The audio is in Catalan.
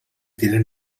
tenen